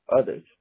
others